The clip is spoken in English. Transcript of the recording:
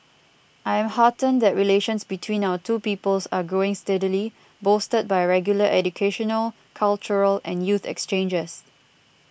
I am heartened that relations between our two peoples are growing steadily bolstered by regular educational cultural and youth exchanges